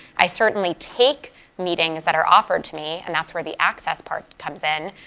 i certainly take meetings that are offered to me and that's where the access part comes in.